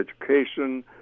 education